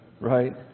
right